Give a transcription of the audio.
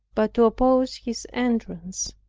but to oppose his entrance.